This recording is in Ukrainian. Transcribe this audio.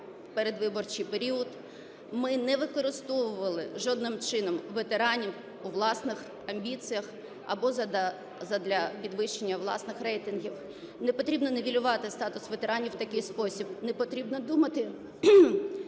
передвиборчій період, ми не використовували жодним чином ветеранів у власних амбіціях або задля підвищення власних рейтингів. Не потрібно нівелювати статус ветеранів в такий спосіб, не потрібно думати,